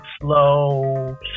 slow